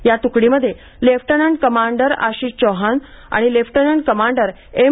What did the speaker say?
या तुकडीमध्ये lieutenant commander Ashish Chauhan आणि लेफ्टनंट कमांडर एम